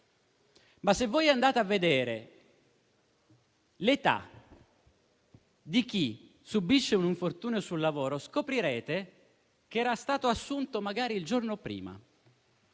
ma se andate a vedere l'età di chi subisce un infortunio sul lavoro, scoprirete che magari era stato assunto il giorno prima.